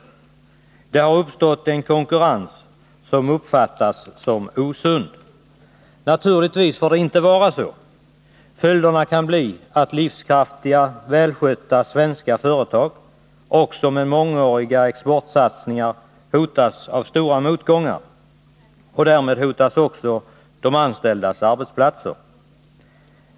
Det har uppstått en konkurrens som uppfattas som osund. Naturligtvis får det inte vara så. Följderna kan bli att livskraftiga, välskötta svenska företag, också med mångåriga exportsatsningar, hotas av stora motgångar. Därmed hotas också de anställdas arbetsplatser.